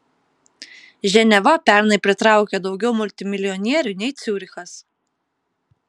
ženeva pernai pritraukė daugiau multimilijonierių nei ciurichas